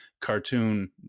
cartoon